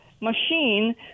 machine